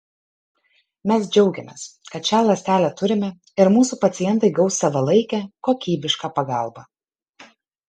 mes džiaugiamės kad šią ląstelę turime ir mūsų pacientai gaus savalaikę kokybišką pagalbą